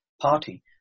party